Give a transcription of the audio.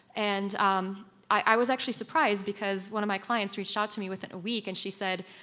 and um i was actually surprised because one of my clients reached out to me within a week and she said,